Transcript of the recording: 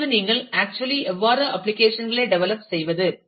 இப்போது நீங்கள் ஆக்சுவலி எவ்வாறு அப்ளிகேஷன் களை டெவலப் செய்வது